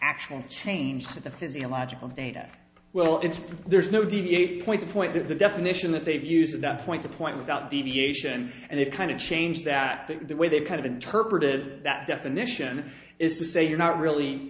actual change to the physiological data well it's there's no deviate point to point that the definition that they've used at that point to point without deviation and that kind of change that the way they've kind of interpreted that definition is to say you're not really